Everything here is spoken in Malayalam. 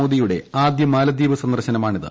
മോദിയുടെ ആദ്യ മാലിദ്വീപ് സന്ദർശനമാണിത്